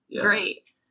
great